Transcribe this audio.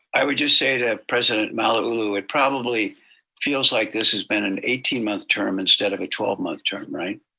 i would just say to president malauulu, it probably feels like this has been an eighteen month term instead of a twelve month term, right?